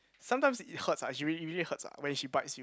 sometimes it hurts lah it is really really hurts lah when she bites you